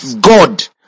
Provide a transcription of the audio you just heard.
god